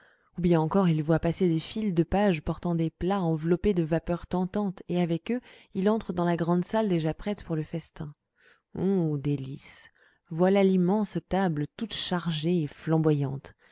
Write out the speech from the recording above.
ou bien encore il voit passer des files de pages portant des plats enveloppés de vapeurs tentantes et avec eux il entre dans la grande salle déjà prête pour le festin ô délices voilà l'immense table toute chargée et flamboyante